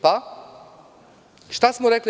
Pa, šta smo rekli EU?